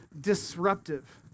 disruptive